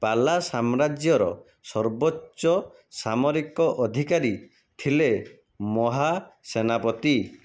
ପାଲା ସାମ୍ରାଜ୍ୟର ସର୍ବୋଚ୍ଚ ସାମରିକ ଅଧିକାରୀ ଥିଲେ ମହାସେନାପତି